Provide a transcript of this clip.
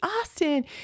Austin